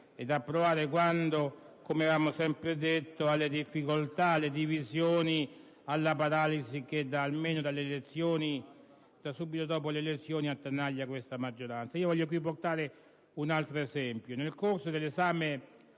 e da approvare, quanto, come avevamo sempre detto, alle difficoltà, alle divisioni e alla paralisi che da subito dopo le elezioni attanagliano questa maggioranza. Voglio portare un altro esempio. Nel corso dell'esame